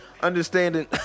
understanding